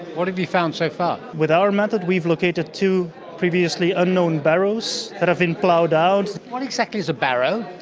what have you found so far? with our method we've located two previously unknown barrows that have been ploughed out. what exactly is a barrow?